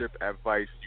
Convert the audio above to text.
advice